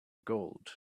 gold